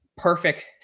Perfect